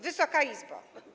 Wysoka Izbo!